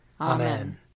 Amen